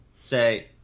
say